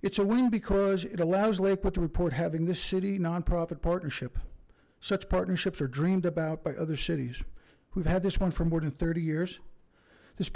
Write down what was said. it's a wing because it allows like what the report having this city nonprofit partnership such partnerships are dreamed about by other cities we've had this one for more than thirty years this